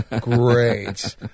Great